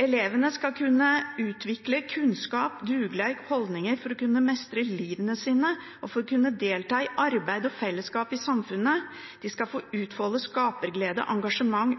«Elevane skal utvikle kunnskap, dugleik og holdningar for å kunne meistre liva sine og for å kunne delta i arbeid og fellesskap i samfunnet. Dei skal få utfalde skaparglede, engasjement